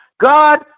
God